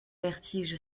vertige